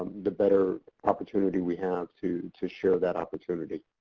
the better opportunity we have to to share that opportunity.